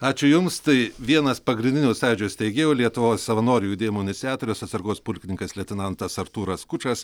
ačiū jums tai vienas pagrindinių sąjūdžio steigėjų lietuvos savanorių judėjimo iniciatorius atsargos pulkininkas leitenantas artūras skučas